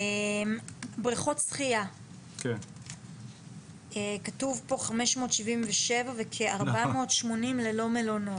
בריכות שחיה כתוב פה 577 וכ-480 ללא מלונות.